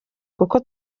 kuko